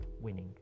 winning